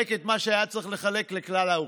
את מה שהיה צריך לחלק לכלל האוכלוסייה.